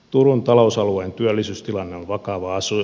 turun talousalueen työllisyystilanne on vakava asia